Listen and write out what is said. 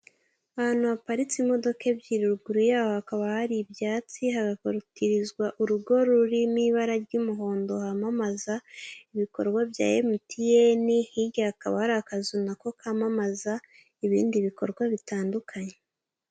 Ahantu haparitse imodoka ebyiri, ruguru yaho hakaba hari ibyatsi, hagakoturizwa urugo rurimo ibara ry'umuhondo, hamamaza ibikorwa bya emutiyeni, hirya hakaba hari akazu nako kamamaza ibindi bikorwa bitandukanye.